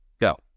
Go